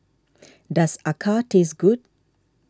does Acar taste good